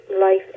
life